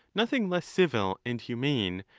nothing less civil and humane,